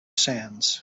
sands